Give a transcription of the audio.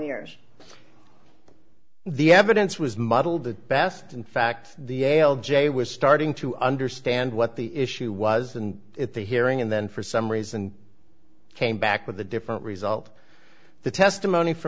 years the evidence was muddled the best in fact the ael j was starting to understand what the issue was and at the hearing and then for some reason came back with a different result the testimony f